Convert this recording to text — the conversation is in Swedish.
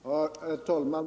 Herr talman!